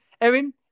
Erin